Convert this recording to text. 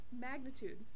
magnitude